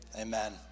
amen